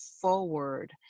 forward